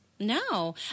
No